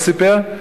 הוא סיפר,